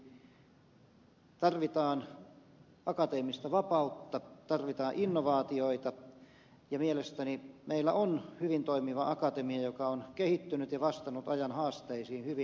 tarvitaan akateemista vapautta tarvitaan innovaatioita ja mielestäni meillä on hyvin toimiva akatemia joka on kehittynyt ja vastannut ajan haasteisiin hyvin